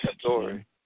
story